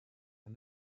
and